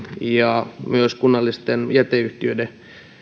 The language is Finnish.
ja myös kunnallisten jäteyhtiöiden